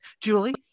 Julie